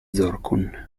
zorqun